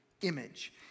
image